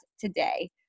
today